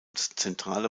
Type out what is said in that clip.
zentrale